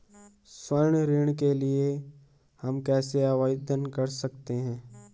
स्वर्ण ऋण के लिए हम कैसे आवेदन कर सकते हैं?